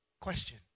Question